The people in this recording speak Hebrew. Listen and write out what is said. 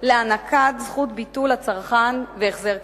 להענקת זכות ביטול לצרכן והחזר כספי.